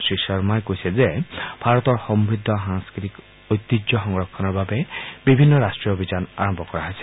শ্ৰীশৰ্মহি কৈছে যে ভাৰতৰ সমৃদ্ধ সাংস্কৃতিক ঐতিহ্য সংৰক্ষণৰ বাবে বিভিন্ন ৰাষ্ট্ৰীয় অভিযান আৰম্ভ কৰা হৈছে